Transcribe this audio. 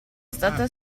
stata